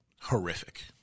horrific